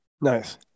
Nice